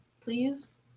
please